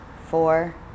four